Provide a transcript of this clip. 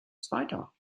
zweiter